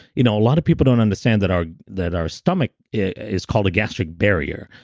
you know, a lot of people don't understand that our that our stomach is called a gastric barrier.